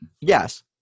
Yes